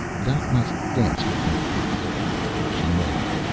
thou must dance with me, pretty boy she murmured,